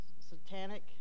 satanic